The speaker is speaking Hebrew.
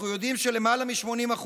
אנחנו יודעים שלמעלה מ-80%,